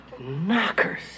knockers